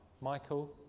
Michael